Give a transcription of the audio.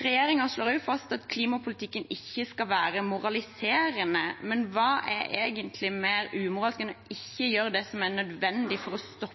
Regjeringen slår også fast at klimapolitikken ikke skal være moraliserende, men hva er egentlig mer umoralsk enn ikke å gjøre det som er nødvendig for å stoppe